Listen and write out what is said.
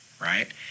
right